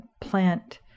plant